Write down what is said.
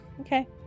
Okay